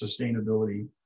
sustainability